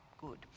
good